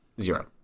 zero